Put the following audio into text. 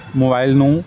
mobile ਨੂੰ